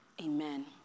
Amen